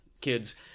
kids